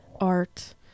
art